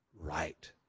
right